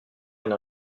une